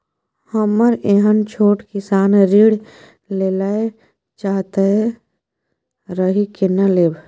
हमरा एहन छोट किसान ऋण लैले चाहैत रहि केना लेब?